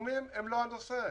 הסכומים הם לא הנושא.